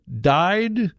died